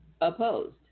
opposed